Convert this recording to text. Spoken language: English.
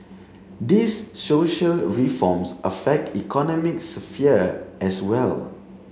these social reforms affect the economic sphere as well